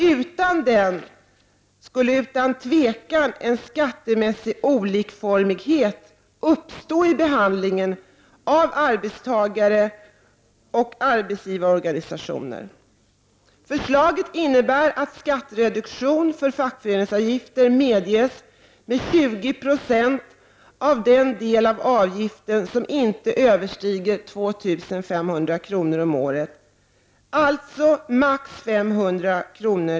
Utan den skulle utan tvivel en skattemässig olikformighet uppstå i behandlingen av arbetstagaroch arbetsgivarorganisationer. Herr talman!